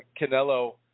Canelo